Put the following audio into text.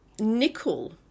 nickel